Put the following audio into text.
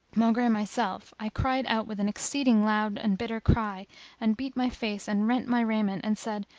maugre myself, i cried out with an exceeding loud and bitter cry and beat my face and rent my raiment and said,